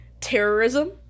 terrorism